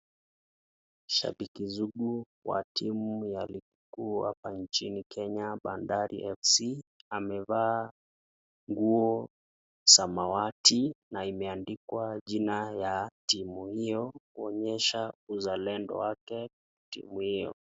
Shabiki sugu Wa timu ya ligi kuu hapa nchini Kenya Bandari Fc amevaa nguo samawati na imeandikwa jina ya timu hiyo kuonyesha uzalendo wake timu hiyo.